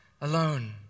alone